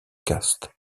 castes